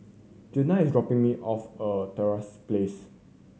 Juana is dropping me off at Trevose Place